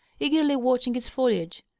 eagerly watching its foliage.